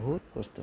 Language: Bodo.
बुहुद खस्थ'